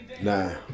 Nah